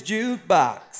Jukebox